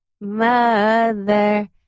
Mother